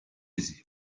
aisé